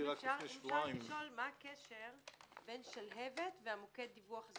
ומה הקשר בין שלהבת למוקד הדיווח?